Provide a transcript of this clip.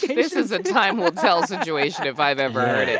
this is a time-will-tell situation if i've ever heard it